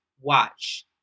watch